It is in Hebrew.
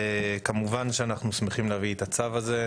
כמובן שאנחנו שמחים להביא את הצו הזה,